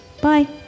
Bye